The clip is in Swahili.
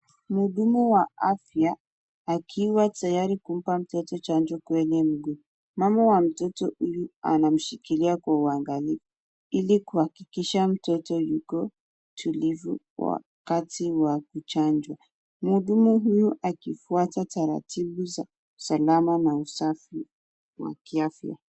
Mhudumu wa afya akiwa tayari kumpa mtoto chanjo kwa hili mguu. Mama wa mtoto huyu anamshikilia kwa uangalifuili kuhakikisha mtoto yuko tulivu wakati wa kuchanjwa. Mhudumu huyu akifuata taratibu, salama na usafi wa kiafya.